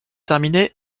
terminé